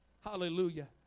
Hallelujah